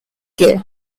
care